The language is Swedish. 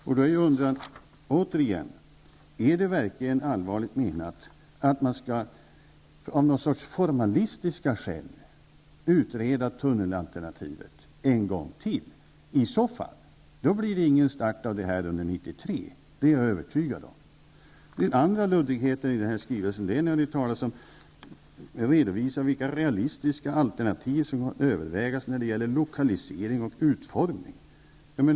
Då frågar jag mig återigen: Är det verkligen allvarligt menat att man av något slags formalistiska skäl skall utreda tunnelalternativet en gång till? I så fall blir det ingen start under 1993, det är jag övertygad om. Den andra luddigheten i denna skrivelse är när ni redovisar vilka realistiska alternativ som bör övervägas när det gäller lokalisering och utformning.